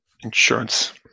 insurance